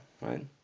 right